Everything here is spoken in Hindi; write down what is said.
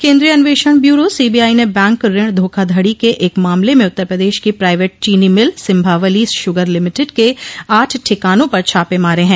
केन्द्रीय अन्वेषण ब्यूरो सीबीआई ने बैंक ऋण धोखाधड़ी के एक मामले में उत्तर प्रदेश की प्राइवेट चीनी मिल सिंभावली शुगर लिमिटेड के आठ ठिकानों पर छापे मारे हैं